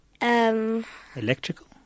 Electrical